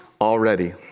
already